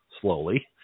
slowly